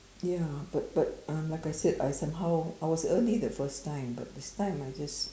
ya but but um like I said I somehow I was early the first time but this time I just